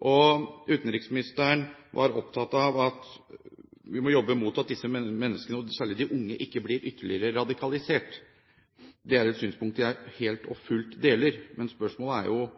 Utenriksministeren var opptatt av at vi må jobbe for at disse menneskene, og særlig de unge, ikke blir ytterligere radikalisert. Det er et synspunkt jeg helt og fullt deler. Men spørsmålet er: